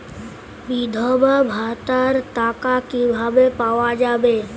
বিধবা ভাতার টাকা কিভাবে পাওয়া যাবে?